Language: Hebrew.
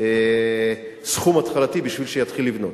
מאתנו כסכום התחלתי בשביל שיתחיל לבנות.